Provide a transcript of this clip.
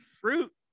fruit